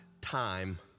time